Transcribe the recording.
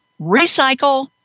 Recycle